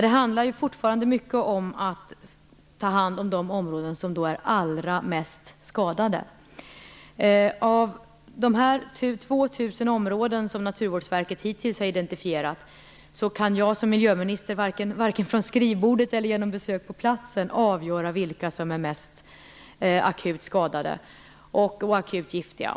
Det handlar fortfarande mycket om att ta hand om de områden som är allra mest skadade. Naturvårdsverket har hittills identifierat 2000 områden. Som miljöminister kan jag varken från skrivbordet eller genom besök på platsen avgöra vilka av dem som är mest akut skadade och akut giftiga.